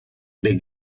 beg